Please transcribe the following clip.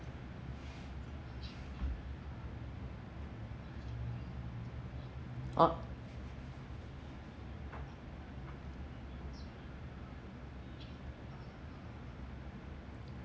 oh